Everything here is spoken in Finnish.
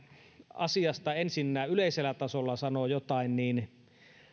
asiasta ensinnä yleisellä tasolla sanoo jotain niin